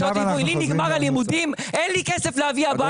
שעות ליווי" לי נגמרים הלימודים ואין לי כסף להביא הביתה.